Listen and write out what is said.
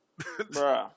Bruh